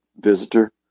visitor